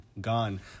gone